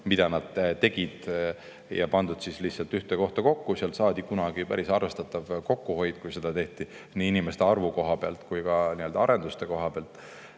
funktsioone pandud lihtsalt ühte kohta kokku. Nii saadi kunagi päris arvestatav kokkuhoid, kui seda tehti, nii inimeste arvu koha pealt kui ka arenduste koha pealt.